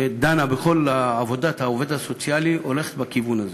שדנה בכל עבודת העובד הסוציאלי, הולכת בכיוון הזה,